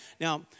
Now